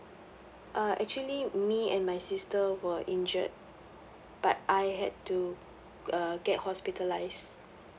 uh actually me and my sister were injured but I had to uh get hospitalised